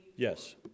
Yes